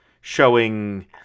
showing